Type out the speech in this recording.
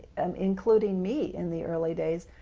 um including me in the early days,